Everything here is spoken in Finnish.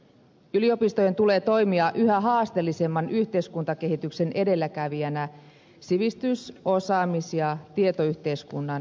yliopistojen tulee toimia yhä haasteellisemman yhteiskuntakehityksen edelläkävijänä sivistys osaamis ja tietoyhteiskunnan veturina